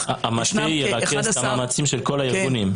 --- המטה ירכז את המאמצים של כל הארגונים?